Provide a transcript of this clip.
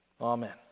Amen